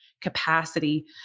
capacity